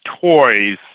toys